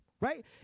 right